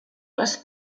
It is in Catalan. les